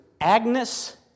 Agnes